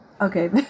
okay